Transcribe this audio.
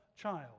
child